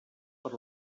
per